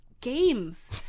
games